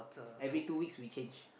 every two weeks we change